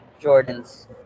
Jordan's